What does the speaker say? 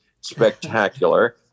spectacular